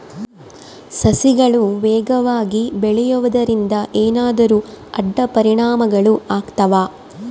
ಸಸಿಗಳು ವೇಗವಾಗಿ ಬೆಳೆಯುವದರಿಂದ ಏನಾದರೂ ಅಡ್ಡ ಪರಿಣಾಮಗಳು ಆಗ್ತವಾ?